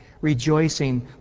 Rejoicing